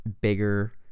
bigger